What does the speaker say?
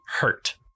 hurt